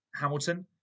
Hamilton